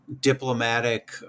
diplomatic